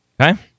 okay